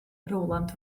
rowland